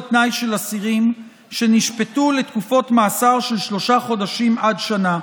תנאי של אסירים שנשפטו לתקופת מאסר של שלושה חודשים עד שנה,